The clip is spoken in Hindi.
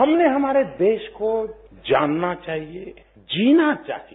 हमने हमारे देश को जानना चाहिए जीना चाहिए